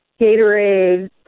Gatorade